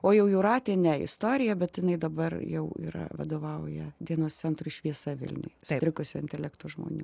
o jau jūratė ne istorija bet jinai dabar jau yra vadovauja dienos centrui šviesa vilniuj sutrikusio intelekto žmonių